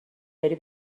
داری